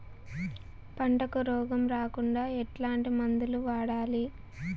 పంటకు రోగం రాకుండా ఎట్లాంటి మందులు వాడాలి?